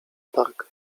park